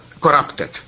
corrupted